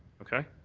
okay?